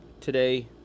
today